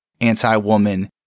anti-woman